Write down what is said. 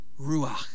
ruach